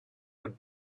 would